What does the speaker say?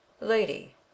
Lady